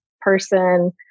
person